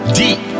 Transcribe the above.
deep